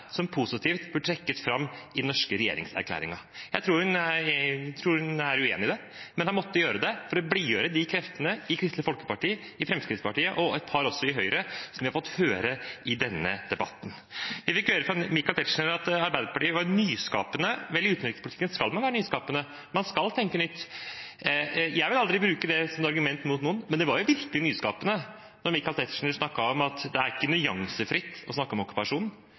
som positivt bør trekkes fram i den norske regjeringserklæringen. Jeg tror hun er uenig i det, men har måttet gjøre det for å blidgjøre de kreftene i Kristelig Folkeparti, i Fremskrittspartiet og et par også i Høyre som vi har fått høre i denne debatten. Vi fikk høre fra Michael Tetzschner at Arbeiderpartiet var nyskapende. Vel, i utenrikspolitikken skal man være nyskapende, man skal tenke nytt. Jeg vil aldri bruke det som et argument mot noen, men det var jo virkelig nyskapende da Michael Tetzschner snakket om at det ikke er nyansefritt å snakke om